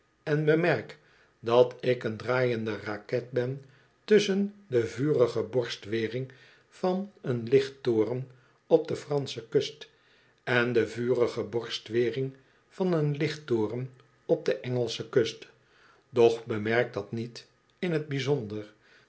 en bemerk dat ik een draaiende raket ben tusschen de vurige borstwering van een lichttoren op de fransche kust en de vurige borstwering van een lichttoren op de engelsche kust doch bemerk dat niet in t bijzonder